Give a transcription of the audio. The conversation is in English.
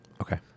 Okay